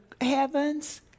heavens